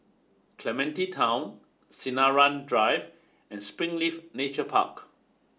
Clementi Town Sinaran Drive and Springleaf Nature Park